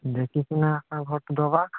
ଦେଖିକିନା କାହାକୁ ଭୋଟ୍ ଦେବା